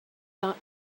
got